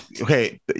Okay